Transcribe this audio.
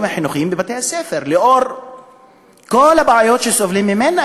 החינוכיים בבתי-הספר לאור כל הבעיות שסובלים מהן,